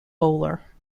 bowler